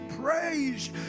praise